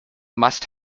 must